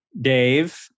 Dave